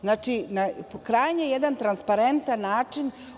Znači, krajnje jedan transparentan način.